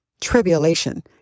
tribulation